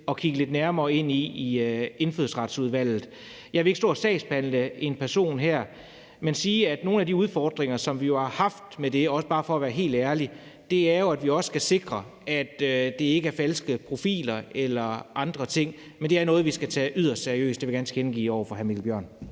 at kigge lidt nærmere på i Indfødsretsudvalget. Jeg vil ikke stå og sagsbehandle en person her, men jeg vil sige, at nogle af de udfordringer, som vi jo har haft med det her, bare for at være helt ærlig, handler om, at vi også skal sikre, da det ikke er falske profiler eller andre ting. Men det er noget, som vi skal tage yderst seriøst. Det vil jeg gerne tilkendegive over for hr. Mikkel Bjørn.